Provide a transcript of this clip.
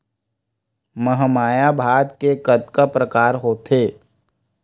महमाया भात के कतका प्रकार होथे?